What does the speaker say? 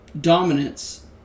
dominance